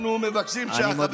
אנחנו מבקשים שהחברים